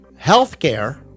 healthcare